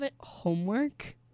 homework